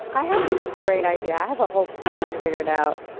i have this great idea. i have a whole plan figured out.